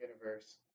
universe